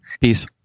Peace